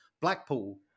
Blackpool